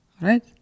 right